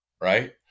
right